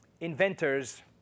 inventors